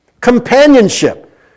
Companionship